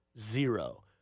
zero